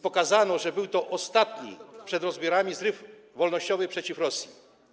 Pokazano tu, że był to ostatni przed rozbiorami zryw wolnościowy przeciw Rosji.